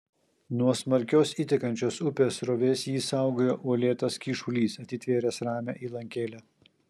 nuo smarkios įtekančios upės srovės jį saugojo uolėtas kyšulys atitvėręs ramią įlankėlę